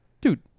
Dude